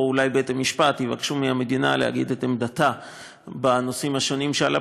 או אולי בית-המשפט יבקש מהמדינה להגיד את עמדתה בנושאים שעל הפרק,